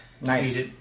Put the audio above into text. Nice